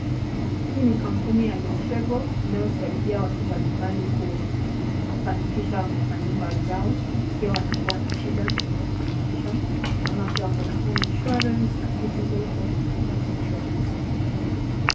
Hii ni kampuni ya Letshego inayosaidia watu mbalimbali kufanikisha manyumba zao. Ikiwa wanakuwa na shida wanazifanikisha, naona pia wako na home insurance, unbeatable home and property insurance of Kenya .